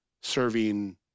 serving